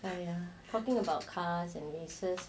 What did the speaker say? ya ya talking about cars and nieces